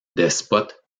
despote